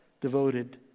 devoted